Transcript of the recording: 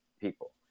people